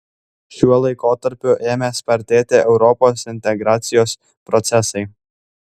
šiuo laikotarpiu ėmė spartėti europos integracijos procesai